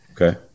okay